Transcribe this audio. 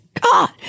God